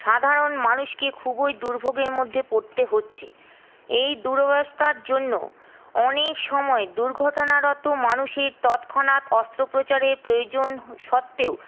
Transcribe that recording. সাধারণ মানুষকে খুবই দুর্ভোগের মধ্যে পড়তে হচ্ছে এই দুরবস্থার জন্য অনেক সময় দুর্ঘটনারত মানুষের তৎক্ষণাৎ অস্ত্রোপচারের প্রয়োজন সত্ত্বেও